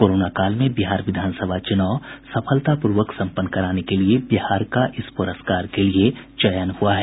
corona काल में बिहार विधान सभा चुनाव सफलता पूर्वक संपन्न कराने के लिए बिहार का इस पुरस्कार के लिए चयन हुआ है